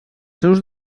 seus